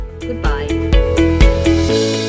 goodbye